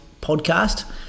podcast